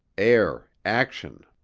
air, action,